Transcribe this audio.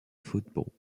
football